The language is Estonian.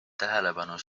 tähelepanu